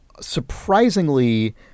surprisingly